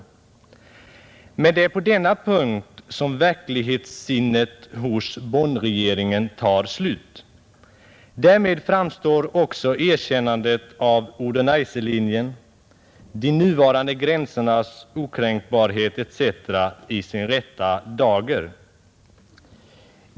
Det är emellertid på denna punkt som verklighetssinnet hos Bonnregeringen tar slut. Därmed framstår också erkännandet av Oder Neisselinjen, de nuvarande gränsernas okränkbarhet etc. i sin rätta dager.